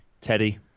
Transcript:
Teddy